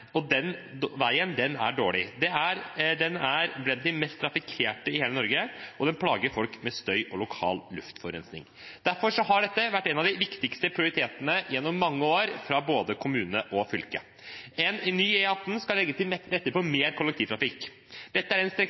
og den veien er dårlig. Den er blant de mest trafikkerte i hele Norge, og den plager folk med støy og lokal luftforurensning. Derfor har dette vært en av de viktigste prioritetene gjennom mange år for både kommune og fylke. En ny E18 skal legge til rette for mer kollektivtrafikk. Dette er